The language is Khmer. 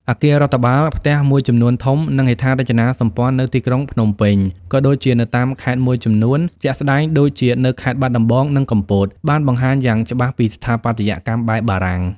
អគាររដ្ឋបាល ផ្ទះមួយចំនួនធំ និងហេដ្ឋារចនាសម្ព័ន្ធនៅទីក្រុងភ្នំពេញ ក៏ដូចជានៅតាមខេត្តមួយចំនួន ជាក់ស្ដែងដូចជានៅខេត្តបាត់ដំបង និងកំពត បានបង្ហាញយ៉ាងច្បាស់ពីស្ថាបត្យកម្មបែបបារាំង។